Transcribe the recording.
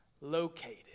located